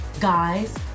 guys